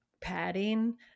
padding